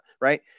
right